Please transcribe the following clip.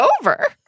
over